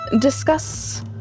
discuss